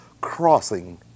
crossing